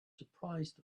surprised